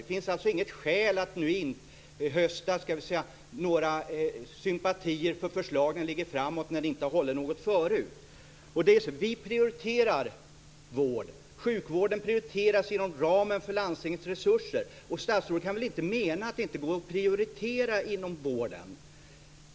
Det finns alltså inget skäl att nu inhösta några sympatier för förslag ni lägger fram när ni inte har hållit löften förut. Vi prioriterar vården. Sjukvården prioriteras inom ramen för landstingens resurser. Statsrådet kan väl inte mena att det inte går att prioritera inom vården.